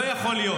לא יכול להיות